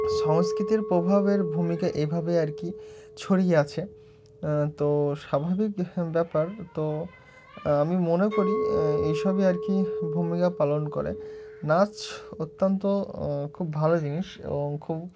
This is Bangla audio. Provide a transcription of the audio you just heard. সংস্কৃতির প্রভাবের ভূমিকা এইভাবে আর কি ছড়িয়ে আছে তো স্বাভাবিক ব্যাপার তো আমি মনে করি এই সবই আর কি ভূমিকা পালন করে নাচ অত্যন্ত খুব ভালো জিনিস এবং খুব